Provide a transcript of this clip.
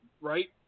Right